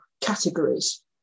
categories